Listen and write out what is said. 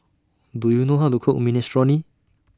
Do YOU know How to Cook Minestrone